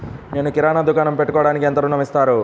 నేను కిరాణా దుకాణం పెట్టుకోడానికి ఎంత ఋణం ఇస్తారు?